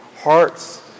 hearts